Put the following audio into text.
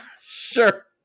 sure